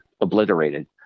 obliterated